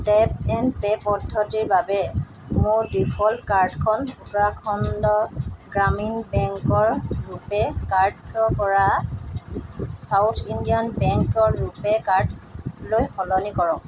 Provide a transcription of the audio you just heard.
tap and pay পদ্ধতিৰ বাবে মোৰ ডিফ'ল্ট কাৰ্ডখন উত্তৰাখণ্ড গ্ৰামীণ বেংকৰ ৰুপে' কাৰ্ডৰ পৰা চাউথ ইণ্ডিয়ান বেংকৰ ৰুপে' কাৰ্ড লৈ সলনি কৰক